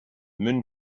moon